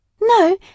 No